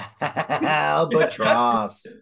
Albatross